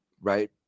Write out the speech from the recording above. Right